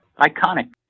iconic